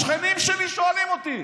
השכנים שלי שואלים אותי.